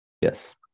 Yes